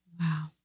Wow